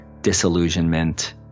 disillusionment